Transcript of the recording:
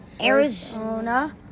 Arizona